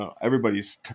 Everybody's